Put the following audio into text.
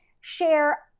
share